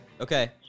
Okay